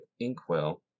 Inkwell